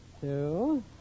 two